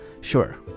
Sure